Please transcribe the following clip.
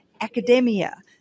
academia